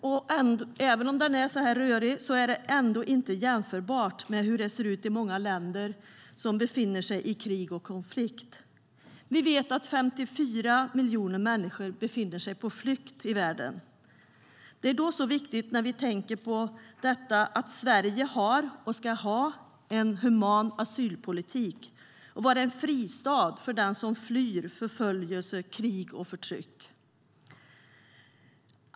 Men även om situationen är rörig är den inte jämförbar med hur det ser ut i många länder som befinner sig i krig och konflikt. Vi vet att 54 miljoner människor befinner sig på flykt i världen. Det är viktigt, när vi tänker på detta, att Sverige har och ska ha en human asylpolitik och vara en fristad för den som flyr förföljelse, krig och förtryck.